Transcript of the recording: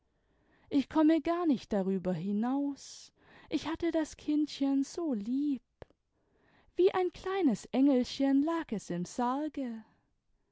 ich konmie gar nicht darüber hinaus ich hatte das kindchen so lieb wie ein kleines engelchen lag es im sargel